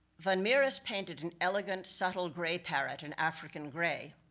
van mieris painted an elegant subtle gray parrot, an african gray.